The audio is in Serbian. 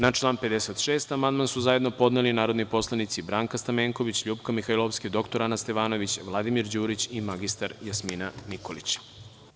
Na član 56. amandman su zajedno podneli narodni poslanici Branka Stamenković, LJupka Mihajlovska, dr Ana Stevanović, Vladimir Đurić i mr Jasmina Nikolić.